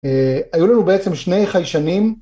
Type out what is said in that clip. היו לנו בעצם שני חיישנים.